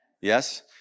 Yes